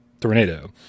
Tornado